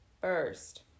first